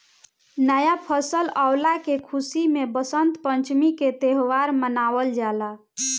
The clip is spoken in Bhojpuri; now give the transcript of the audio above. नया फसल अवला के खुशी में वसंत पंचमी के त्यौहार मनावल जाला